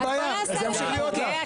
אין בעיה, אז ימשיך להיות לך.